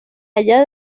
allá